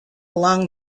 along